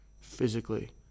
physically